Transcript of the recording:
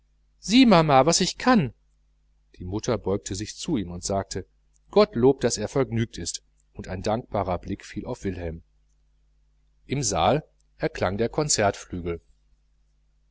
sieh mama was ich kann die mutter beugte sich zu ihm und sagte gottlob daß er vergnügt ist und ein dankbarer blick fiel auf wilhelm im saal erklang der